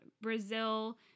Brazil